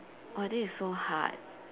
!wah! this is so hard